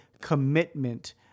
commitment